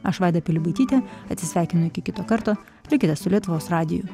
aš vaida pilibaitytė atsisveikinu iki kito karto likite su lietuvos radiju